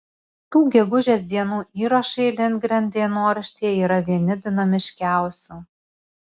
tų gegužės dienų įrašai lindgren dienoraštyje yra vieni dinamiškiausių